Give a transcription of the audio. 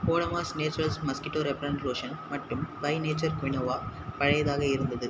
Odomos naturals mosquito repellent lotion மற்றும் by nature quinoa பழையதாக இருந்தது